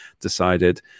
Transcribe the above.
decided